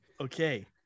Okay